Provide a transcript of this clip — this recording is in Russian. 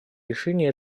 решения